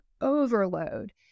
overload